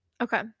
Okay